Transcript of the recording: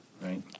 right